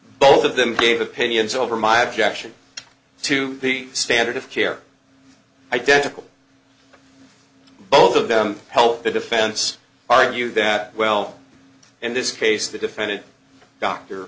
both of them gave opinions over my objection to the standard of care identical both of them help the defense argue that well in this case the defendant d